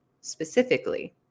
specifically